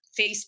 Facebook